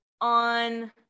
on